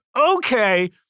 Okay